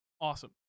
Awesome